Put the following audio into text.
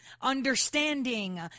understanding